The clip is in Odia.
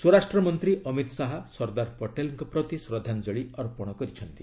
ସ୍ୱରାଷ୍ଟ୍ରମନ୍ତ୍ରୀ ଅମିତ ଶାହା ସର୍ଦ୍ଦାର ପଟେଲଙ୍କ ପ୍ରତି ଶ୍ରଦ୍ଧାଞ୍ଚଳି ଅର୍ପଣ କରିଛନ୍ତି